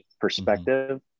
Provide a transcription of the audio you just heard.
perspective